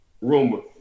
rumor